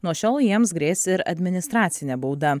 nuo šiol jiems grės ir administracinė bauda